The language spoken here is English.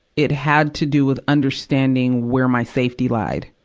it had to do with understanding where my safety lied.